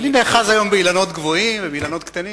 אני נאחז היום באילנות גבוהים ובאילנות קטנים.